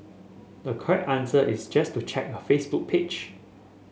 the correct answer is just to check her Facebook page